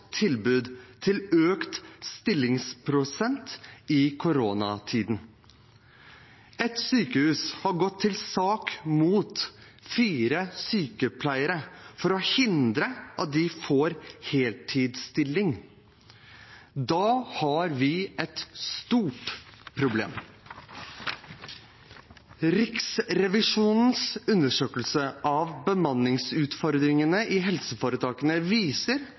tilbud om økt stillingsprosent i koronatiden. Ett sykehus har gått til sak mot fire sykepleiere for å hindre at de får heltidsstilling. Da har vi et stort problem. Riksrevisjonens undersøkelse av bemanningsutfordringene i helseforetakene viser